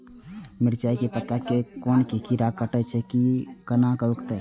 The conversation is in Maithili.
मिरचाय के पत्ता के कोन कीरा कटे छे ऊ केना रुकते?